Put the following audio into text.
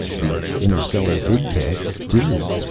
the interstellar vidcasts do!